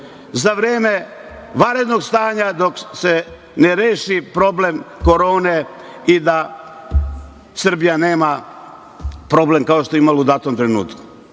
za vreme vanrednog stanja dok se ne reši problem korone i da Srbija nema problem kao što je imala u datom trenutku?